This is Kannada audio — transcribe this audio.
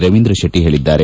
ರವೀಂದ್ರ ಶೆಟ್ಟ ಹೇಳಿದ್ದಾರೆ